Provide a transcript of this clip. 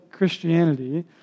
Christianity